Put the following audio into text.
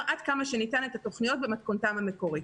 עד כמה שניתן את התוכניות במתכונתן המקורית,